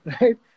right